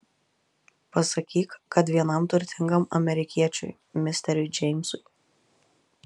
pasakyk kad vienam turtingam amerikiečiui misteriui džeimsui